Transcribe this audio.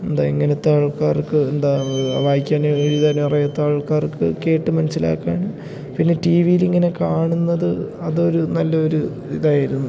എന്താ ഇങ്ങനത്താൾക്കാർക്ക് എന്താ വായിക്കാനും എഴുതാനും അറിയാത്താൾക്കാർക്ക് കേട്ട് മനസ്സിലാക്കാനും പിന്നെ ടീ വിയിലിങ്ങനെ കാണുന്നത് അതൊരു നല്ലൊരു ഇതായിരുന്നു